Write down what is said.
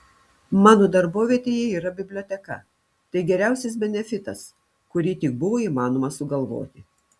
mano darbovietėje yra biblioteka tai geriausias benefitas kurį tik buvo įmanoma sugalvoti